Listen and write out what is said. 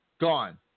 Gone